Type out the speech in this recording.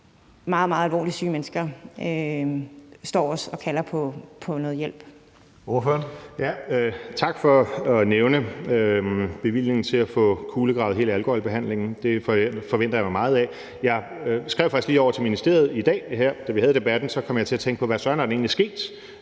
meget alvorligt syge mennesker står og kalder på noget